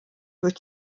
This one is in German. durch